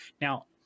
Now